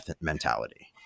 mentality